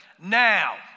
now